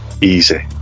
Easy